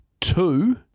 Two